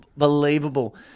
Unbelievable